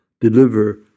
deliver